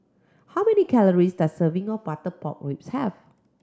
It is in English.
how many calories does serving of butter pork ribs have